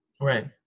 Right